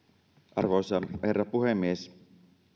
arvoisa herra puhemies